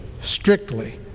Strictly